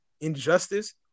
injustice